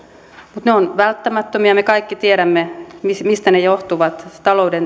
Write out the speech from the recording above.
mutta ne ovat välttämättömiä me kaikki tiedämme mistä mistä ne johtuvat